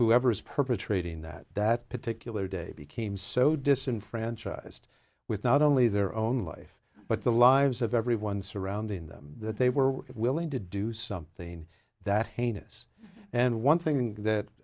whoever is perpetrating that that particular day became so disenfranchised with not only their own life but the lives of everyone surrounding them that they were willing to do something that heinous and one thing that